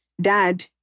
Dad